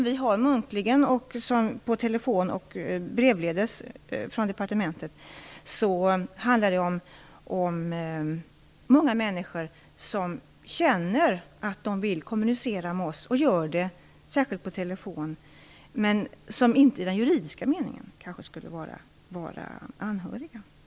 Vi har också kontakter på telefon och brevledes med många människor som vill kommunicera med oss på departementet men som kanske inte i den juridiska meningen skulle betraktas som anhöriga.